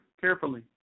carefully